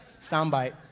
Soundbite